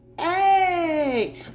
Hey